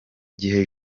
gihe